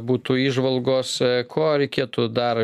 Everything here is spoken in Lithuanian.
būtų įžvalgos ko reikėtų dar